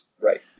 Right